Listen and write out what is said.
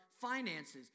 finances